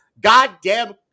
goddamn